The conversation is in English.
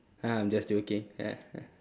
uh I'm just joking ah ah